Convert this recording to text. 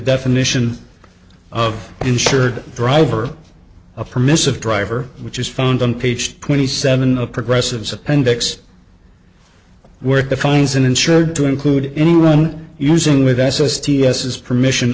definition of insured driver a permissive driver which is found on page twenty seven of progressive suspend x work defines an insured to include anyone using with s as ts as permission